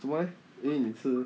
做么 leh 因为你吃